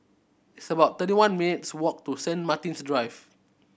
it's about thirty one minutes' walk to Saint Martin's Drive